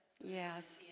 Yes